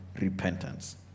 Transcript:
repentance